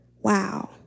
wow